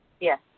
Yes